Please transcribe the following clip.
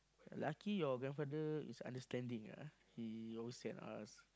lucky your grandfather is understanding ah he always send us